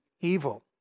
Evil